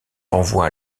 renvoie